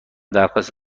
درخواست